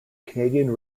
canadian